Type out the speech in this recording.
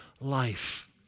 life